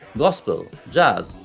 gospel, jazz,